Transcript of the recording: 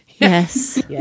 Yes